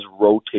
rotate